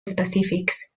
específics